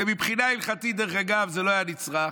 ומבחינה הלכתית, דרך אגב, זה לא היה נצרך,